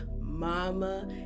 mama